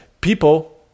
people